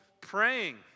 praying